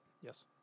Yes